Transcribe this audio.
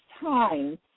time